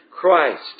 Christ